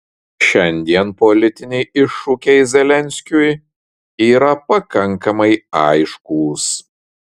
šiandien politiniai iššūkiai zelenskiui yra pakankamai aiškūs